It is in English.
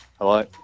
Hello